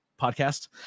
podcast